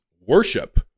worship